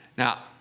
Now